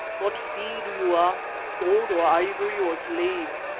what fee do you ask? gold or ivory or slaves?